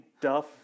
Duff